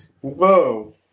Whoa